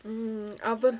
mm அப்புறம்:appuram